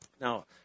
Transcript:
Now